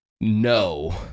no